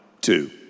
two